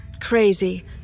crazy